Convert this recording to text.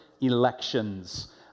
elections